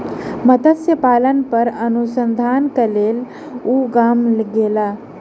मत्स्य पालन पर अनुसंधान के लेल ओ गाम गेला